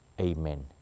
Amen